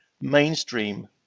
mainstream